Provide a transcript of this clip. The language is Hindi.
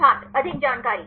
छात्र अधिक जानकारी